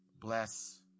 bless